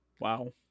Wow